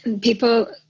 People